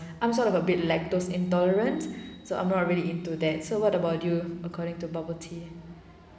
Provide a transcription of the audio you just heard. I'm sort of a bit lactose intolerant so I'm not really into that so what about you according to bubble tea